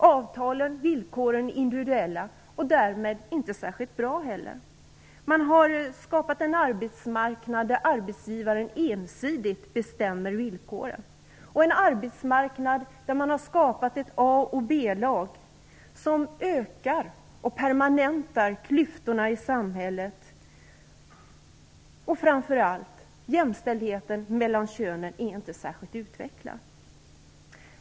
Avtalen och villkoren är individuella och därmed inte särskilt bra. Man har skapat en arbetsmarknad där arbetsgivaren ensidigt bestämmer villkoren och där det finns ett A och ett B-lag, vilket ökar och permanentar klyftorna i samhället. Framför allt: Jämställdheten mellan könen är inte särskilt utvecklad.